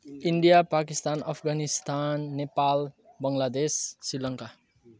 India Pakistan Afghanistan Nepal Bangladesh Sri Lanka